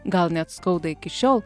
gal net skauda iki šiol